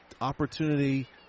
Opportunity